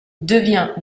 devient